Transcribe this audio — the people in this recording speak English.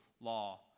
law